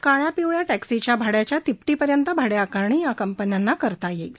काळ्या पिवळ्या टॅक्सीच्या भाड्याच्या तिपटीपर्यंत भाडे आकारणी या कंपन्यांना करता येईल